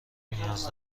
نیاز